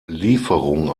lieferung